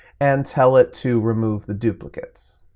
and tell it to remove the duplicates.